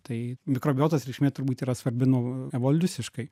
tai mikrobiotos reikšmė turbūt yra svarbi nu evoliuciškai